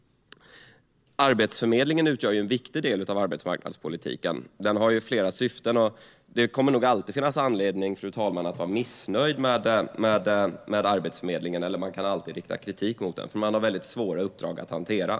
Arbetsförmedlingen utgör en viktig del av arbetsmarknadspolitiken. Den har flera syften. Det kommer nog alltid att finnas en anledning, fru talman, till att vara missnöjd med Arbetsförmedlingen. Man kan alltid rikta kritik mot den eftersom den har svåra uppdrag att hantera.